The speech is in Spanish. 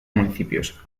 municipios